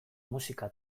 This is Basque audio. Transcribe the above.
musika